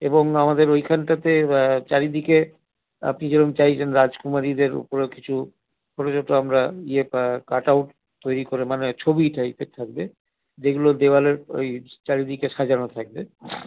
এবং আমাদের ওইখানটাতে চারিদিকে আপনি যেরকম চাইছেন রাজকুমারীদের উপরও কিছু ছোটো ছোটো আমরা ইয়ে কাট আউট তৈরি করে মানে ছবি টাইপের থাকবে যেগুলো দেওয়ালের ওই চারিদিকে সাজানো থাকবে